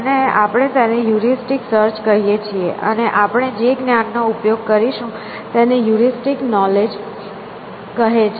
અને આપણે તેને હ્યુરીસ્ટીક સર્ચ કહીએ છીએ અને આપણે જે જ્ઞાન નો ઉપયોગ કરીશું તેને હ્યુરીસ્ટીક નોલેજ કહે છે